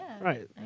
Right